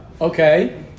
Okay